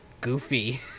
goofy